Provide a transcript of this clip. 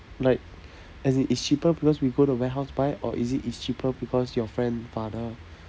like as in it's cheaper because we go the warehouse buy or is it it's cheaper because your friend father